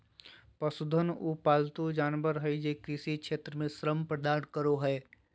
पशुधन उ पालतू जानवर हइ जे कृषि क्षेत्र में श्रम प्रदान करो हइ